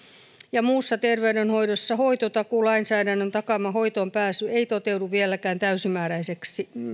ja muussa terveydenhoidossa hoitotakuulainsäädännön takaama hoitoonpääsy ei toteudu vieläkään täysimääräisesti